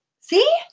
See